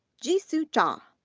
ji soo cha, um